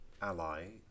ally